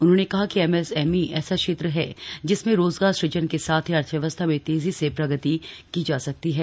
उन्होंने कहा कि एमसएमई ऐसा क्षेत्र है जिसमें रोजगार सुजन के साथ ही अर्थव्यवस्था में तेजी से प्रगति की जा सकती है